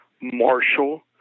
Marshall